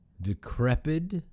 decrepit